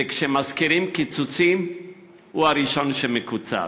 וכשמזכירים קיצוצים הוא הראשון שמקוצץ.